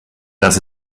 das